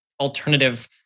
alternative